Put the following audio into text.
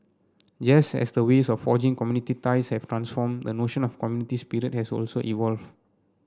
just as the ways of forging community ties have transformed the notion of community spirit has also evolve